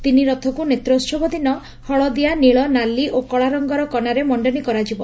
ତିନିରଥକୁ ନେତ୍ରୋସବ ଦିନ ହଳଦିଆ ନୀଳ ନାଲି ଓ କଳାରଙ୍ଗର କନାରେ ମଣ୍ଡନୀ କରାଯିବ